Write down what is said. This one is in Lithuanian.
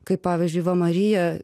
kaip pavyzdžiui va marija